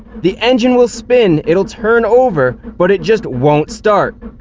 the engine will spin, it'll turn over, but it just won't start.